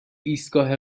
ایستگاه